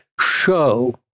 show